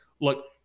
look